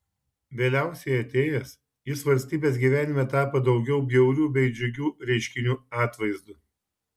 vėliausiai atėjęs jis valstybės gyvenime tapo daugiau bjaurių nei džiugių reiškinių atvaizdu